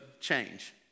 change